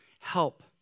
Help